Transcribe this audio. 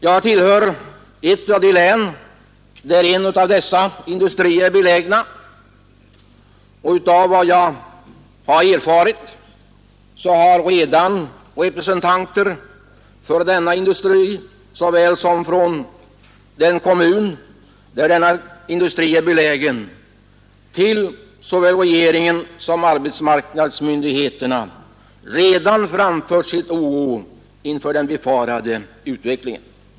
Jag tillhör ett län där en av dessa industrier är belägen, och enligt vad jag erfarit har representanter för denna industri och från den kommun där industrin är belägen till såväl regeringen som arbetsmarknadsmyndigheterna redan framfört sin oro inför den befarade utvecklingen.